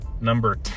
number